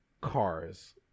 cars